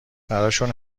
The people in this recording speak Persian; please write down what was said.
براشون